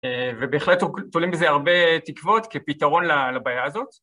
ובהחלט תולים בזה הרבה תקוות כפתרון לבעיה הזאת.